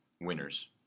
winners